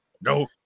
No